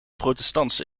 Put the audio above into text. protestants